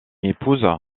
épouse